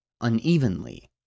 unevenly